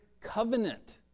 covenant